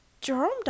jerome